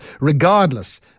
regardless